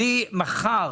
מחר